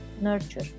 nurture